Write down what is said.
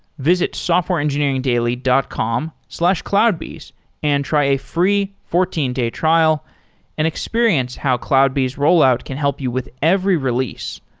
visit softwareengineeringdaily dot com slash cloudbees and try a free fourteen day trial and experience how cloudbees rollout can help you with every release.